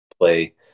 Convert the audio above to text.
Play